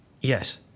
Yes